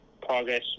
progress